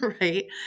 right